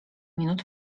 minut